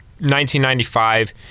1995